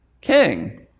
king